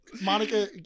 Monica